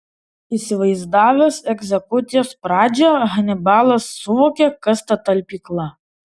įsivaizdavęs egzekucijos pradžią hanibalas suvokė kas ta talpykla